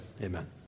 Amen